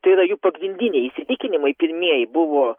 tai yra jų pagrindiniai įsitikinimai pirmieji buvo